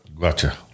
Gotcha